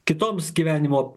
kitoms gyvenimo